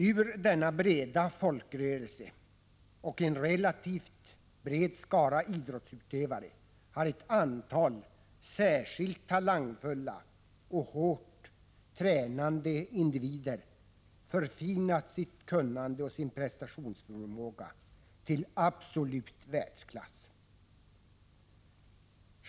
Inom denna breda folkrörelse och den relativt stora skaran av idrottsutövare har ett antal särskilt talangfulla och hårt tränande individer förfinat sitt kunnande och sin prestationsförmåga till absolut världsklass.